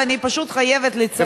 ואני פשוט חייבת לציין,